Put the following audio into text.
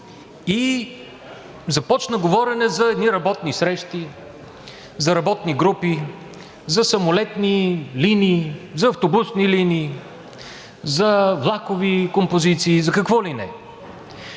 и започна говорене за едни работни срещи, за работни групи, за самолетни линии, за автобусни линии, за влакови композиции, за какво ли не.